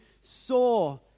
saw